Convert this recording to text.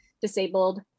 disabled